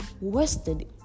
wasted